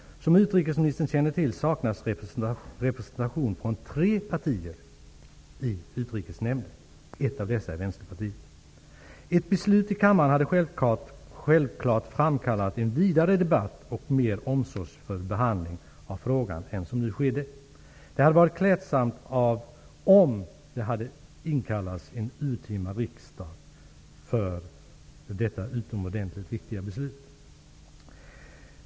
Som utrikesministern känner till saknas representation från tre partier i Utrikesnämnden. Ett av dessa är Vänsterpartiet. Ett beslut i kammaren hade självfallet framkallat en vidare debatt och mer omsorgsfull behandling av frågan än som nu skedde. Det hade varit klädsamt om det hade inkallats en urtima riksdag för detta utomordentligt viktiga beslut.